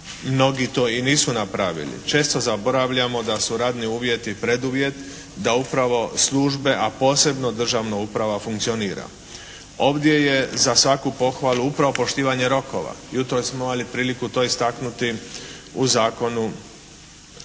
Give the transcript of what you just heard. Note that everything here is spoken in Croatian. mnogi to i nisu napravili. Često zaboravljamo da su radni uvjet i preduvjet da upravo službe, a posebno državna uprava funkcionira. Ovdje je za svaku pohvalu upravo poštivanje rokova. Jutros smo imali priliku to istaknuti u Zakonu